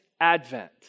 advent